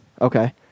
okay